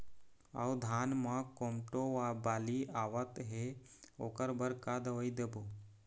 अऊ धान म कोमटो बाली आवत हे ओकर बर का दवई देबो?